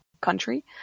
country